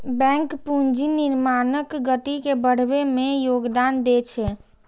bank पूंजी निर्माणक गति के बढ़बै मे योगदान दै छै